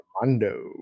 Armando